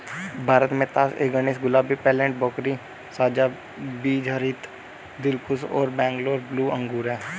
भारत में तास ए गणेश, गुलाबी, पेर्लेट, भोकरी, साझा बीजरहित, दिलखुश और बैंगलोर ब्लू अंगूर हैं